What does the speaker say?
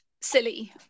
silly